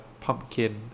pumpkin